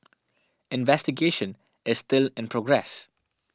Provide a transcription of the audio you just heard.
investigation is still in progress